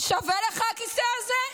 שווה לך הכיסא הזה?